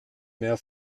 mehr